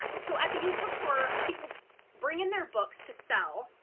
so at the used bookstore people bring in their books to sell,